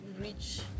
reach